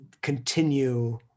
continue